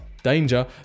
danger